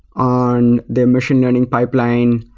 on the machine learning pipeline.